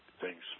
thanks